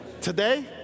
Today